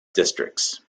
districts